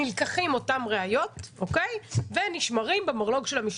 נלקחות אותן ראיות ונשמרות במרלוג של המשטרה,